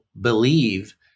believe